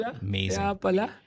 amazing